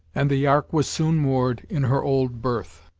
and the ark was soon moored in her old berth.